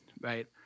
right